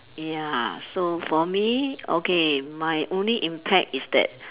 ya so for me okay my only impact is that